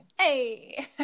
hey